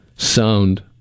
sound